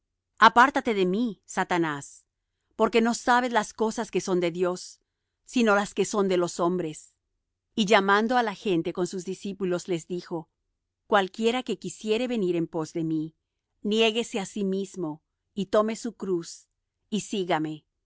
apártate de mí satanás porque no sabes las cosas que son de dios sino las que son de los hombres y llamando á la gente con sus discípulos les dijo cualquiera que quisiere venir en pos de mí niéguese á sí mismo y tome su cruz y sígame